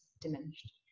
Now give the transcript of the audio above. diminished